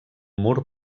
mur